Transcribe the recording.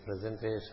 presentation